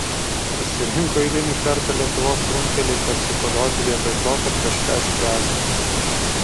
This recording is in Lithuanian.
susirinko eilinį kartą lietuvos runkeliai pasikolioti vietoj to kad kažką spręstų